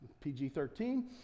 PG-13